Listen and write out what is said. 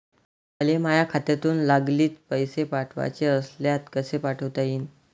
मले माह्या खात्यातून लागलीच पैसे पाठवाचे असल्यास कसे पाठोता यीन?